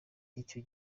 icyo